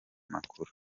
amakuru